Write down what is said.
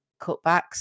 cutbacks